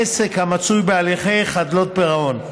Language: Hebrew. עסק המצוי בהליכי חדלות פירעון,